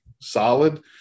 solid